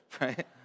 right